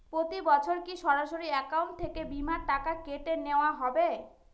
প্রতি বছর কি সরাসরি অ্যাকাউন্ট থেকে বীমার টাকা কেটে নেওয়া হবে?